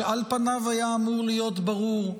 שעל פניו היה אמור להיות ברור: